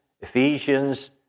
Ephesians